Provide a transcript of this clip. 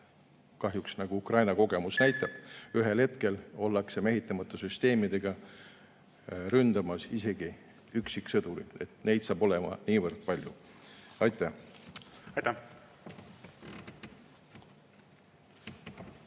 välja, nagu Ukraina kogemus kahjuks näitab, et ühel hetkel ollakse mehitamata süsteemidega ründamas isegi üksiksõdurit. Neid saab olema niivõrd palju. Aitäh!